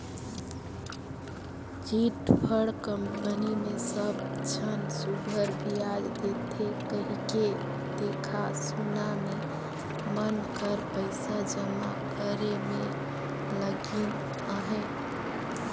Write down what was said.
chit fund company मे सब झन सुग्घर बियाज देथे कहिके देखा सुना में मन कर पइसा जमा करे में लगिन अहें